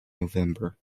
november